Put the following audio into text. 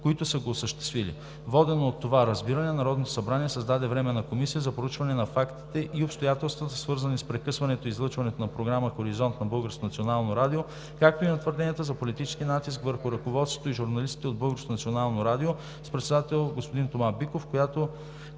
които са го осъществили. Водено от това разбиране Народното събрание създаде Временна комисия за проучване на фактите и обстоятелствата, свързани с прекъсване на излъчването на програма „Хоризонт“ на Българското национално радио, както и на твърденията за политически натиск върху ръководството и журналисти от Българското национално радио с председател господин Тома Биков, в която